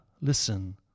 listen